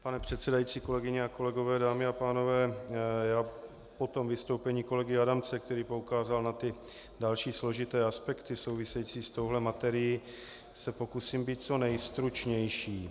Pane předsedající, kolegyně a kolegové, dámy a pánové, já se po tom vystoupení kolegy Adamce, který poukázal na další složité aspekty související s touhle materií, pokusím být co nejstručnější.